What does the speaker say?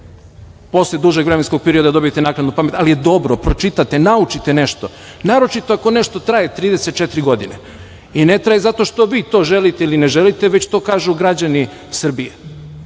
posle dužeg vremenskog perioda dobijete naknadnu pamet, ali dobro je da pročitate, naučite nešto, naročito ako nešto traje 34 godine, i ne traje zato što vi to želite ili ne želite, već to kažu građani Srbije,